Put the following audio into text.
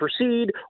proceed